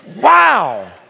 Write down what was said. Wow